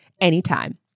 anytime